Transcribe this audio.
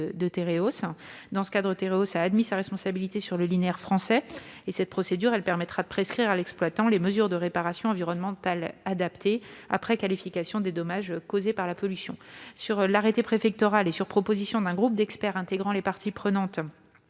Tereos. Dans ce cadre, Tereos a admis sa responsabilité sur le linéaire français. Cette procédure permettra de prescrire à l'exploitant les mesures de réparations environnementales adaptées après qualification des dommages causés par la pollution. Après arrêté préfectoral et sur proposition d'un groupe d'experts intégrant les parties prenantes,